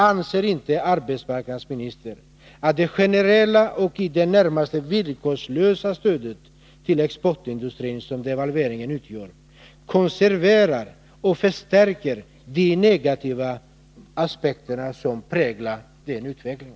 Anser inte arbetsmarknadsministern att det generella och i det närmaste villkorslösa stöd till exportindustrin som devalveringen utgör konserverar och förstärker de negativa aspekter som präglar denna utveckling?